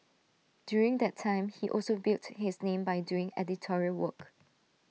during that time he also built his name by doing editorial work